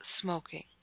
smoking